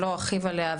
אני לא ארחיב עליה,